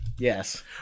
yes